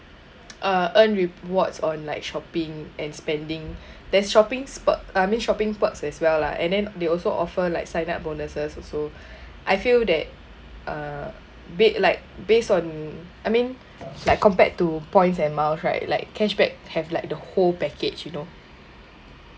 uh earn rewards on like shopping and spending there's shopping spots I mean shopping perks as well lah and then they also offer like sign up bonuses also I feel that uh bit like based on I mean like compared to points and miles right like cash back have like the whole package you know